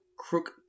Crook